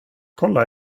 kolla